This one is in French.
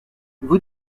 vous